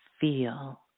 feel